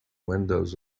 windows